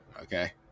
Okay